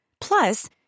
Plus